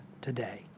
today